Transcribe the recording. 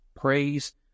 Praise